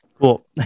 Cool